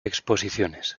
exposiciones